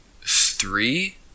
three